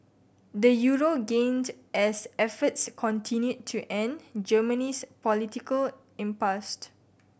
the euro gained as efforts continued to end Germany's political impasse